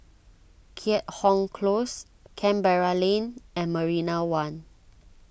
Keat Hong Close Canberra Lane and Marina one